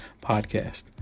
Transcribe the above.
podcast